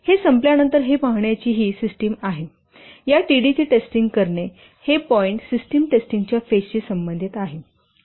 हे संपल्यानंतर हे पहाण्याची ही सिस्टिम आहे या T D ची टेस्टिंग करणे हे पॉईंट सिस्टम टेस्टिंगच्या फेजशी संबंधित आहे